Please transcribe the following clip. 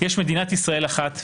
"יש מדינת ישראל אחת,